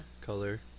color